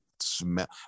smell